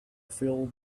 feel